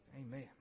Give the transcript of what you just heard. Amen